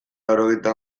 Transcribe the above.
laurogeita